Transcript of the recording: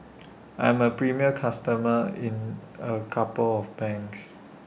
I'm A premium customer in A couple of banks